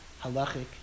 halachic